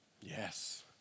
Yes